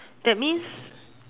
that means